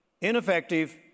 ineffective